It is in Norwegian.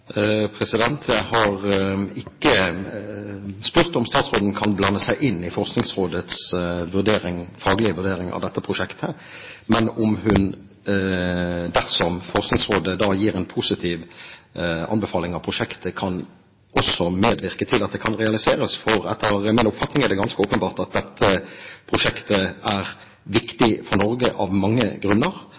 Jeg har ikke spurt om statsråden kan blande seg inn i Forskningsrådets faglige vurdering av dette prosjektet, men om hun, dersom Forskningsrådet gir en positiv anbefaling av prosjektet, kan medvirke til at det kan realiseres. Etter min oppfatning er det ganske åpenbart at dette prosjektet er viktig for Norge av mange grunner.